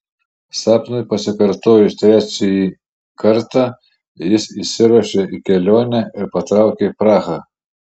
sapnui pasikartojus trečiąjį kartą jis išsiruošė į kelionę ir patraukė į prahą